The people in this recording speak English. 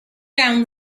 down